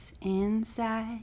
inside